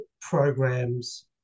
programs